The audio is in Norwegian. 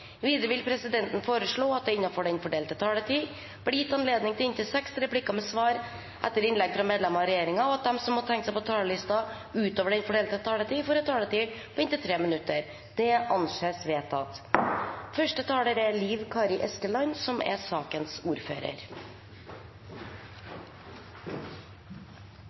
Videre vil presidenten foreslå at det – innenfor den fordelte taletid – blir gitt anledning til inntil seks replikker med svar etter innlegg fra medlemmer av regjeringen, og at de som måtte tegne seg på talerlisten utover den fordelte taletid, får en taletid på inntil 3 minutter. – Det anses vedtatt.